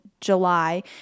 July